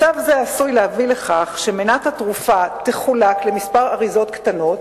מצב זה עשוי להביא לכך שמנת התרופה תחולק לכמה אריזות קטנות,